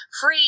free